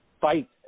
fight